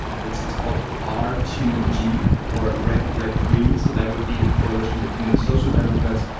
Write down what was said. it's it's called r two g, or red red green, so that would be a coalition between the social democrats,